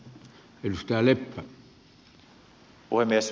herra puhemies